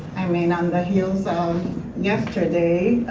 i mean on the heels of yesterday,